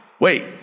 Wait